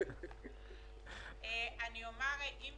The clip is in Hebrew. גם